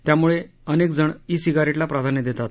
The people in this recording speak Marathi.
त्यामुळे अनेक जण ई सिगारेटला प्राधान्य देतात